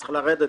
צריך לרדת,